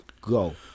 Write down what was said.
Go